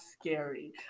scary